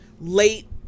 late